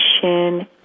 shin